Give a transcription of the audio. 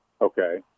Okay